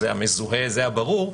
המזוהה זה הברור,